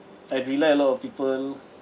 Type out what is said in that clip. I rely a lot of people